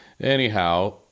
anyhow